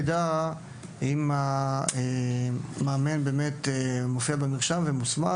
יידע אם המאמן מוסמך ומופיע במרשם.